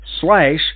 slash